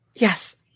Yes